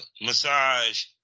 massage